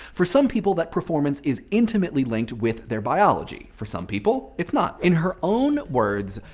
for some people, that performance is intimately linked with their biology. for some people, it's not. in her own words,